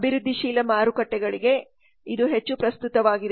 ಅಭಿವೃದ್ಧಿಶೀಲ ಮಾರುಕಟ್ಟೆಗಳಿಗೆ ಇದು ಹೆಚ್ಚು ಪ್ರಸ್ತುತವಾಗಿದೆ